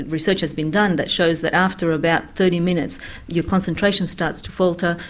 research has been done that shows that after about thirty minutes your concentration starts to falter,